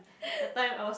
that time I was